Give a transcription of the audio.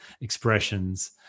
expressions